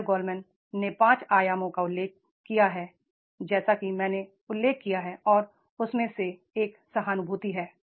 Daniel Goleman ने पांच आयामों का उल्लेख किया है जैसा कि मैंने उल्लेख किया है और उनमें से एक सहानुभूति है